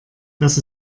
das